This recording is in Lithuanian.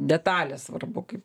detalės svarbu kaip